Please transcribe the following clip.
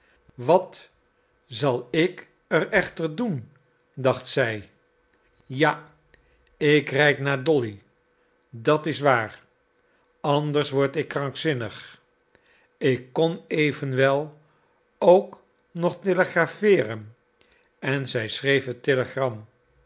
wat zal ik er echter doen dacht zij ja ik rijd naar dolly dat is waar anders word ik krankzinnig ik kon evenwel ook nog telegrafeeren en zij schreef